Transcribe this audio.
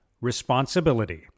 responsibility